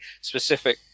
specific